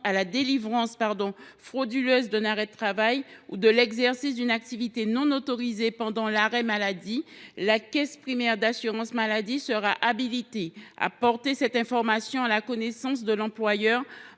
de délivrance frauduleuse d’un arrêt de travail ou d’exercice d’une activité non autorisée pendant l’arrêt maladie, la caisse primaire d’assurance maladie constatant la fraude serait habilitée à porter cette information à la connaissance de l’employeur.,